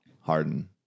Harden